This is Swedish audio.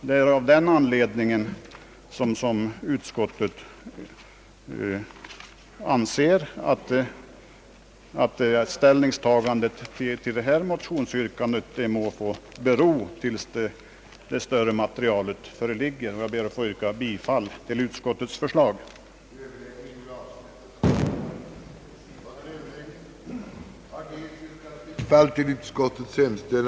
Det är av den anledningen som utskottet anser att ställningstagandet till detia motionsyrkande må bero tills det större materialet föreligger. Jag ber att få yrka bifall till utskottets förslag. Undertecknad anhåller härmed om ledighet från riksdagsarbetet under tiden den 13—den 18 mars för deltagande i nedrustningskonferensens arbete i Geneve.